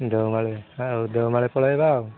ଦେଓମାଳି ଆଉ ଦେଓମାଳି ପଳେଇବା ଆଉ